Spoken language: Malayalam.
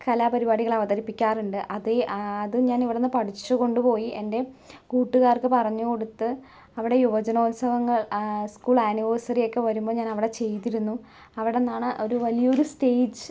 കലാപരിപാടികൾ അവതരിപ്പിക്കാറുണ്ട് അതെ ഞാനിവിടുന്ന് പഠിച്ചുകൊണ്ട് പോയി എൻ്റെ കൂട്ടുകാർക്ക് പറഞ്ഞു കൊടുത്ത് അവിടെ യുവജനോത്സവങ്ങൾ സ്കൂൾ ആനിവേഴ്സറി ഒക്കെ വരുമ്പം ഞാനവിടെ ചെയ്തിരുന്നു അവിടുന്നാണ് ഒരു വലിയൊരു സ്റ്റേജ്